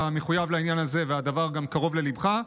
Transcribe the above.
מחויב לעניין הזה והדבר גם קרוב לליבך.